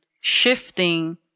shifting